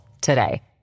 today